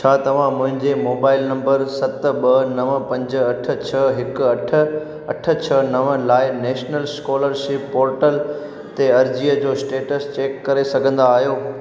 छा तव्हां मुंहिंजे मोबाइल नंबर सत ॿ नव पंज अठ छह हिकु अठ अठ छह नव लाइ नैशनल स्कोलरशिप पोर्टल ते अर्ज़ीअ जो स्टेटस चेक करे सघंदा आहियो